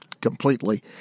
completely